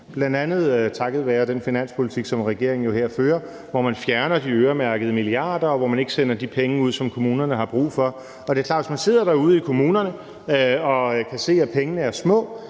bl.a. takket være den finanspolitik, som regeringen jo her fører, hvor man fjerner de øremærkede milliarder, og hvor man ikke sender de penge ud, som kommunerne har brug for. Det er klart, at hvis man sidder derude i kommunerne og kan se, at pengene er små,